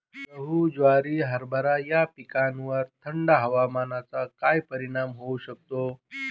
गहू, ज्वारी, हरभरा या पिकांवर थंड हवामानाचा काय परिणाम होऊ शकतो?